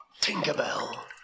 Tinkerbell